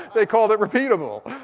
they called it repeatable.